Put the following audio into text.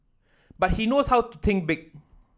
but he knows how to think big